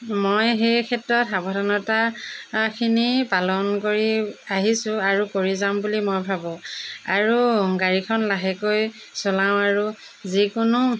মই সেই ক্ষেত্ৰত সাৱধানতাখিনি পালন কৰি আহিছোঁ আৰু কৰি যাম বুলি মই ভাবোঁ আৰু গাড়ীখন লাহেকৈ চলাওঁ আৰু যিকোনো